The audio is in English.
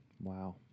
Wow